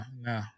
no